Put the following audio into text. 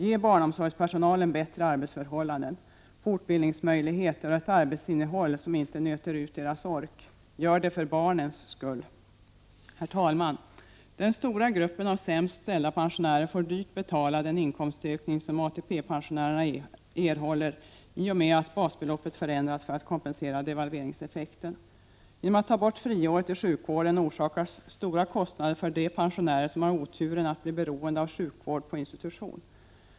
Ge barnomsorgspersonalen bättre arbetsförhållanden. fortbildningsmöjligheter och ett arbetsinnehåll som inte nöter ut deras ork. Gör det för barnens skull. Herr talman! Den stora gruppen av sämst ställda pensionärer får dyrt betala den inkomstökning som ATP-pensionärerna erhåller i och med att basbeloppet förändras för att kompensera devalveringseffekten. Genom att ta bort friåret i sjukvården orsakas stora kostnader för de pensionärer som har oturen att bli beroende av sjukvården på institution.